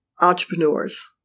entrepreneurs